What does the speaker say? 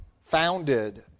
founded